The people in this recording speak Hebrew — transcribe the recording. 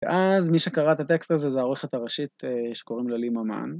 ואז מי שקראה את הטקסט הזה זה העורכת הראשית שקוראים לה לי ממן.